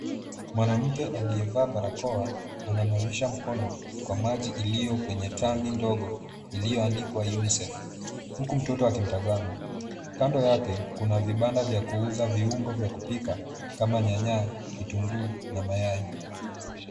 Mwanamke aliyevaa barakoa ananawisha mkono kwa maji iliyo kwenye tangi ndogo iliyoandikwa UNICEF huku mtoto akimtazama. Kando yake kuna vibanda vya kuuza viungo vya kupika kama nyanya, kitunguu na mayai.